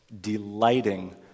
delighting